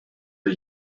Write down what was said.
the